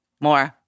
more